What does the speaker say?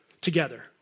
together